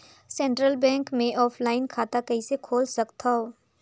Central bank मे offline खाता कइसे खोल सकथव?